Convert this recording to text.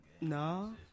no